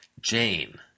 Jane